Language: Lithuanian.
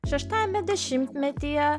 šeštajame dešimtmetyje